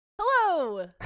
Hello